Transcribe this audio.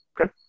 Okay